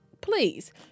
Please